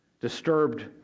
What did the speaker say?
Disturbed